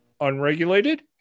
unregulated